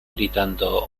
gritando